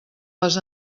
les